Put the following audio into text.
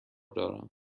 دارم